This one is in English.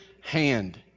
hand